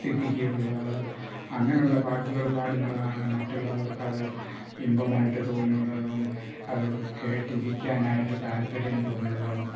സിദ്ധിക്കുകയുള്ളൂ അത് അങ്ങനെയുള്ള പാട്ടുകൾ പാടുമ്പോഴാണ് മറ്റുള്ളവർക്ക് അത് ഇമ്പമായിട്ട് തോന്നുന്നതും അത് കേട്ടിരിക്കാനായിട്ട് താൽപ്പര്യം തോന്നുന്നതും